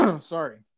Sorry